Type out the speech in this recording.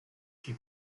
she